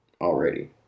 already